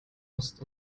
ost